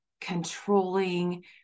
controlling